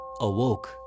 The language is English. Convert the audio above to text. awoke